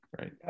right